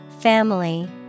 Family